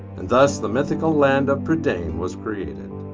and thus the mythical land of prydain was created.